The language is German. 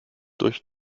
durch